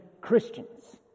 Christians